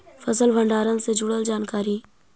फसल भंडारन से जुड़ल जानकारी?